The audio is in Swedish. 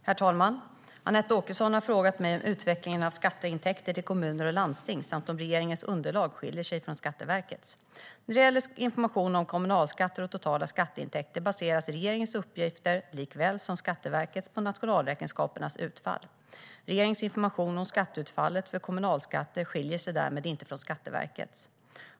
Herr talman! Anette Åkesson har frågat mig om utvecklingen av skatteintäkterna till kommuner och landsting samt om regeringens underlag skiljer sig från Skatteverkets. När det gäller information om kommunalskatter och totala skatteintäkter baseras regeringens uppgifter likaväl som Skatteverkets på nationalräkenskapernas utfall. Regeringens information om skatteutfallet för kommunalskatter skiljer sig därmed inte från Skatteverkets.